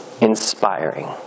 inspiring